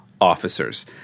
officers